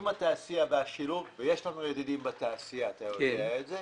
שעם השילוב בתעשייה - ואתה יודע שיש לנו ידידים